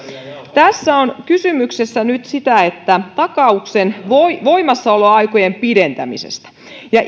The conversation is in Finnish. tässä on kysymys nyt takauksen voimassaoloaikojen pidentämisestä ja